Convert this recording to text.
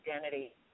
identity